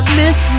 miss